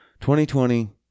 2020